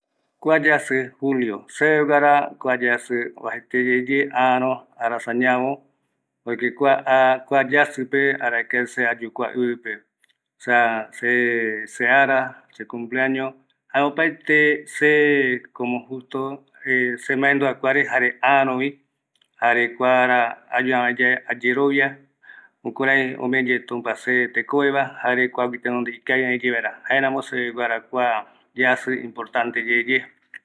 kua yajï Julio, Aratini, seveguara kua yaï oajaete yeye äärö, arasa ñavö, por kua yajïpe arakae ayu kua ivipe, esa see se ara, se cumpleaño, jae opaetre see, como justo, se semendua kuare, jare äärövi, kua ara ayu äväe yave ayerovia, jukurai omee yee tmpa se tekoveva, jare kuagui tenonde ikavi äi yeevaera, jaeramo seveguara kua yajï imortanteyeye.